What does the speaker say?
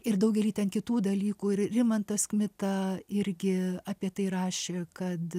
ir daugelį kitų dalykų ir rimantas kmita irgi apie tai rašė kad